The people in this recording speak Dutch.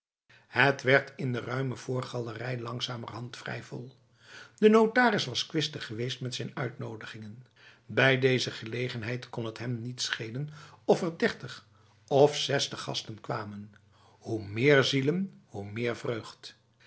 het werd in de ruime voorgalerij langzamerhand vrij vol de notaris was kwistig geweest met zijn uitnodigingen bij deze gelegenheid kon het hem niet schelen of er dertig of zestig gasten kwamen hoe meer zielen hoe meer vreugd